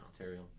Ontario